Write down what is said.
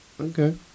Okay